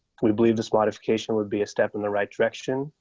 we believe disqualification would be a step in the right direction,